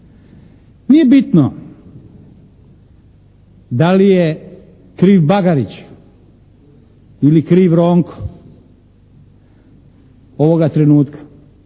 Nije bitno da li je kriv Bagarić ili kriv Ronko ovoga trenutka